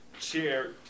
Chair